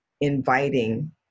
inviting